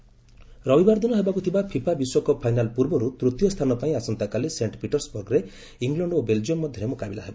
FIFA ବିଶ୍ୱକପ୍ ରବିବାରଦିନ ହେବାକୁ ଥିବା ଫିଫା ବିଶ୍ୱକପ୍ ଫାଇନାଲ ପୂର୍ବରୁ ତୂତୀୟ ସ୍ଥାନ ପାଇଁ ଆସନ୍ତାକାଲି ସେଣ୍ଟ ପିଟର୍ସବର୍ଗରେ ଇଂଲଣ୍ଡ ଓ ବେଲ୍ଜିୟମ ମଧ୍ୟରେ ମୁକାବିଲା ହେବ